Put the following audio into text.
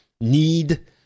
need